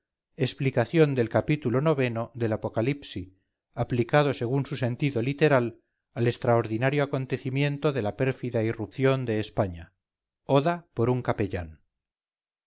explicación del capítulo ix del apocalipsi aplicado según su sentido literal al extraordinario acontecimiento de la pérfida irrupción de españa oda por un capellán